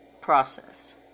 process